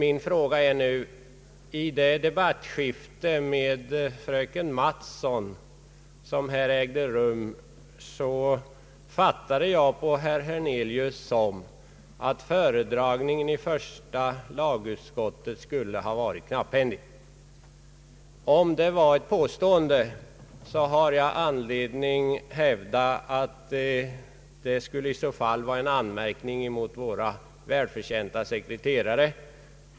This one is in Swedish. I det replikskifte som ägde rum mellan fröken Mattson och herr Hernelius uppfattade jag det som om herr Hernelius ansåg att föredragningen i första lagutskottet skulle ha varit alltför knapphändig. Om det är ett påstående, har jag anledning hävda att det i så fall skulle vara en anmärkning mot våra skickliga sekreterare.